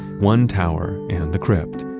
one tower, and the crypt.